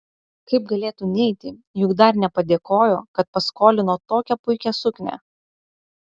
kaip galėtų neiti juk dar nepadėkojo kad paskolino tokią puikią suknią